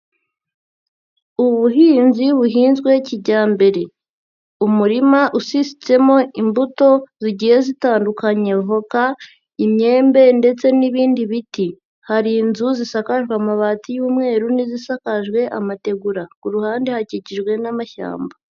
Ubuhinzi buhinzwe kijyambere umurima usisitsemo imbuto zigiye zitandukanye voka, imyembe ndetse n'ibindi biti, hari inzu zisakajwe amabati y'umweru n'izisakajwe amategura, ku ruhande hakikijwe n'amashyamba.